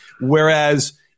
Whereas